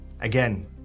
Again